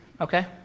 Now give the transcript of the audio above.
Okay